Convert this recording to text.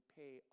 pay